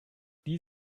die